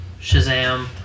Shazam